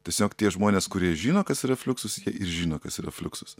tiesiog tie žmonės kurie žino kas yra fliuksus ir žino kas yra fliuksus